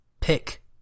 pick